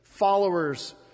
followers